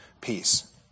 peace